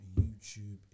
YouTube